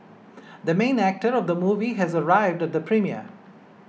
the main actor of the movie has arrived at the premiere